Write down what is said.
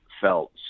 felt